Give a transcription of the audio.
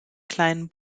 kleinen